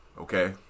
okay